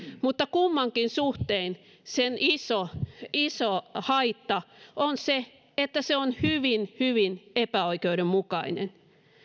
mutta kummankin suhteen sen iso iso haitta on se että se on hyvin hyvin epäoikeudenmukainen